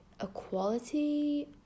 equality